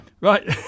right